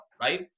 right